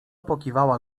pokiwała